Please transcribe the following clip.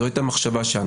זו הייתה המחשבה שלנו,